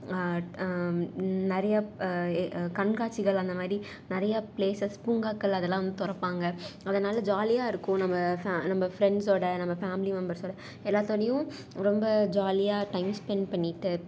நிறையா கண்காட்சிகள் அந்த மாதிரி நிறையா ப்ளேசஸ் பூங்காக்கள் அதெலாம் வந்து திறப்பாங்க அதனால் ஜாலியாக இருக்கும் நம்ம ஃபே நம்ம ஃப்ரெண்ட்ஸோட நம்ம ஃபேம்லி மெம்பர்சோட எல்லாத்தோடையும் ரொம்ப ஜாலியாக டைம் ஸ்பெண் பண்ணிகிட்டு